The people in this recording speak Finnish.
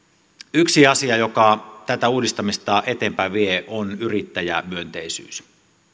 yksi asia joka tätä uudistamista eteenpäin vie on yrittäjämyönteisyys